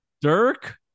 Dirk